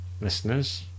listeners